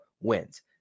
wins